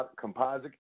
composite